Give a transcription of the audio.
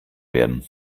werden